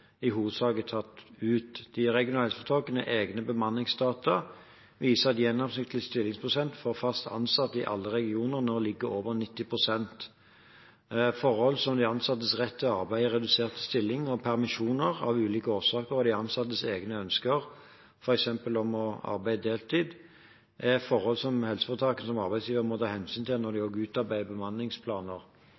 tatt ut. De regionale helseforetakenes egne bemanningsdata viser at gjennomsnittlig stillingsprosent for fast ansatte i alle regioner nå ligger over 90 pst. Forhold som de ansattes rett til å arbeide i redusert stilling, permisjoner av ulike årsaker og de ansattes egne ønsker, f.eks. om å arbeide deltid, er forhold som helseforetakene som arbeidsgiver også må ta hensyn til når de utarbeider bemanningsplaner.